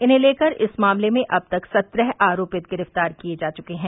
इन्हें लेकर इस मामले में अब तक सत्रह आरोपित गिरफ्तार किए जा चुके हैं